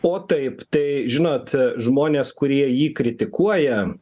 o taip tai žinot žmonės kurie jį kritikuoja